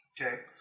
Okay